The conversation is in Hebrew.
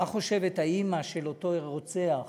מה חושבת האימא של אותו רוצח,